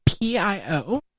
PIO